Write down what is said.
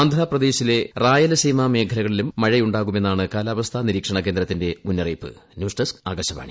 ആന്ധ്രപ്രദേശിലെ റായലസീമ മേഖലകളിലും മഴയുണ്ടാകുമെന്നാണ് കാലാവസ്ഥാ് സ്ട്രീക്ഷണ കേന്ദ്രത്തിന്റെ ന്യൂസ് ഡെസ്ക് ആക്ടാശവാണി